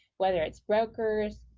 whether it's brokers,